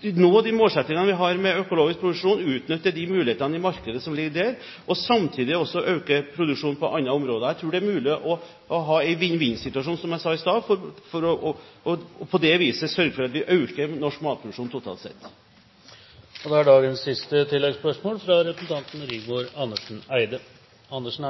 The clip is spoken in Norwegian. de målsettingene vi har for økologisk produksjon, utnytte de mulighetene som ligger i markedet, og samtidig også øke produksjonen på andre områder. Jeg tror det er mulig å ha en vinn-vinn-situasjon, som jeg sa i stad, og på det viset sørge for at vi øker norsk matproduksjon totalt sett. Målet om økologisk produksjon